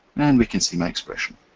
and we can see my expression.